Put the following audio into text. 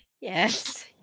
Yes